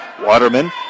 Waterman